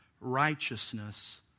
righteousness